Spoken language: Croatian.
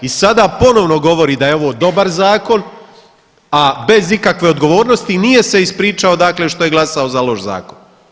I sada ponovno govori da je ovo dobar zakon, a bez ikakve odgovornosti i nije se ispričao dakle što je glasao za loš zakon.